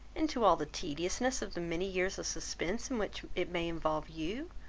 and to all the tediousness of the many years of suspense in which it may involve you,